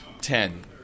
Ten